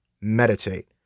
meditate